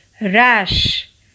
rash